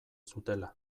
zutela